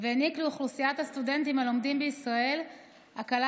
והעניק לאוכלוסיית הסטודנטים הלומדים בישראל הקלה